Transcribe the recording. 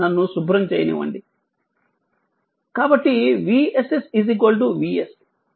నన్ను శుభ్రం చేయనివ్వండి కాబట్టి vSS VS